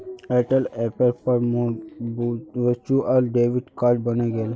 Airtel ऐपेर पर मोर वर्चुअल डेबिट कार्ड बने गेले